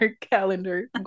calendar